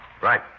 Right